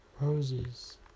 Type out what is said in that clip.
Roses